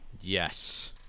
Yes